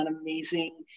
amazing